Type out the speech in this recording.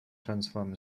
transform